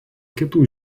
kitų